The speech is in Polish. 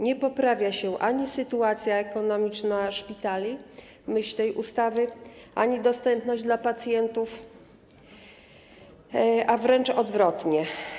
Nie poprawia się ani sytuacja ekonomiczna szpitali, w myśl tej ustawy, ani dostępność dla pacjentów, a wręcz odwrotnie.